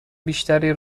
بیشتری